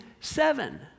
seven